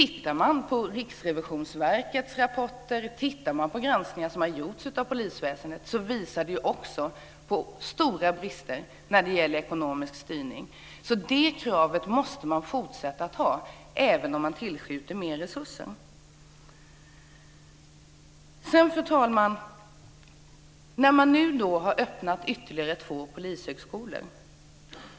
Tar man del av Riksrevisionsverkets rapporter och de granskningar som har gjorts av polisväsendet visar det sig att det finns stora brister i den ekonomiska styrningen. Det kravet måste man fortsätta att ställa även om man tillskjuter mer resurser. Fru talman! Nu har man öppnat ytterligare två polishögskolor.